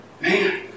Man